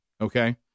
Okay